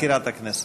6 אחמד טיבי (הרשימה המשותפת):